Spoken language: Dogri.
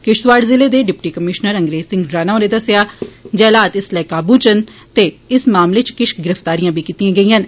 किश्तवाड़ जिले दे डिप्टी कमिशनर अंग्रेज़ सिंह राणा दस्सेआ जे हालात इसलै काबू च न ते इस मामले च किश गिरफ्तारियां बी कीतीआं गेईआं न